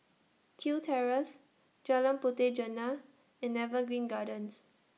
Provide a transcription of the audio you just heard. Kew Terrace Jalan Puteh Jerneh and Evergreen Gardens